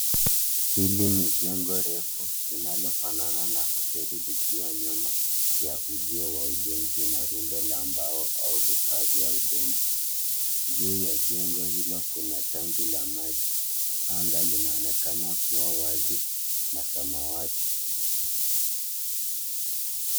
Hili ni jengo refu linalofanana na hoteli likiwa nyuma ya uzio wa ujenzi na rundo la mbao au vifaa vya ujenzi. Juu ya jengo hilo kuna tangi la maji. Anga linaonekana kuwa wazi na samawati.